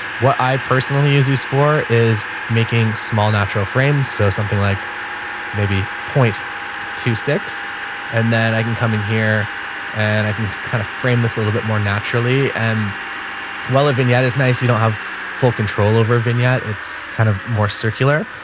what i personally use these for is making small natural frames. so something like maybe zero point two six and then i can come in here and i can kind of frame this a little bit more naturally. and well, a vignette is nice. you don't have full control over a vignette. it's kind of more circular.